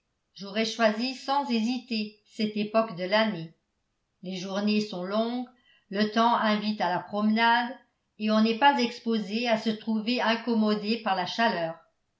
j'aurais choisi sans hésiter cette époque de l'année les journées sont longues le temps invite à la promenade et on n'est pas exposé à se trouver incommodé par la chaleur